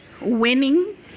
winning